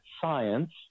science